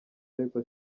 ariko